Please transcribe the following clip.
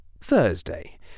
Thursday